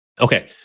Okay